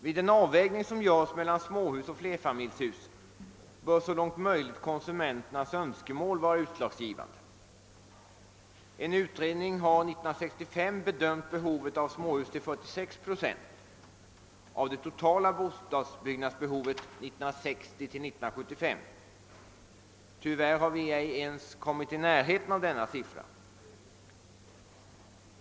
Vid den avvägning som görs mellan småhus och flerfamiljshus bör så långt möjligt konsumenternas önskemål vara utslagsgivande. En utredning har år 1965 bedömt behovet av småhus till 46 procent av det totala bostadsbyggnadsbehovet åren 1960—1975. Tyvärr har vi inte ens kommit i närheten av denna siffra.